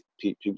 people